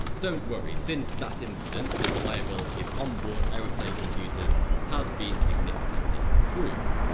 don't worry, since that incident, the reliability of on-board aeroplane computers has been significantly improved.